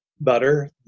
butter